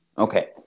Okay